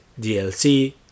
DLC